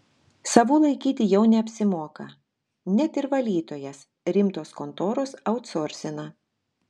savų laikyti jau neapsimoka net ir valytojas rimtos kontoros autsorsina